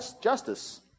justice